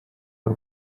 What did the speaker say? w’u